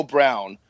Brown